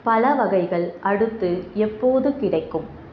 பழ வகைகள் அடுத்து எப்போது கிடைக்கும்